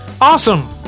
Awesome